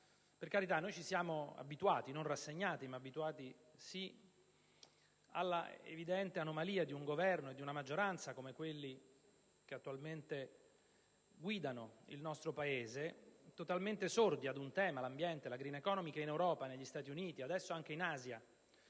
Per carità, non ci siamo rassegnati, ma abituati sì, all'evidente anomalia di un Governo e di una maggioranza come quelli che attualmente guidano il nostro Paese, totalmente sordi al tema dell'ambiente e della *green economy*, che in Europa, negli Stati Uniti, e adesso anche in Asia,